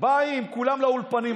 באים כולם לאולפנים,